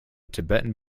tibetan